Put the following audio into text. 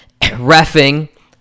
refing